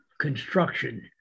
construction